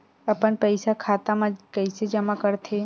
अपन पईसा खाता मा कइसे जमा कर थे?